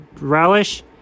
relish